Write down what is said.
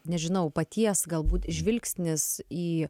nežinau paties galbūt žvilgsnis į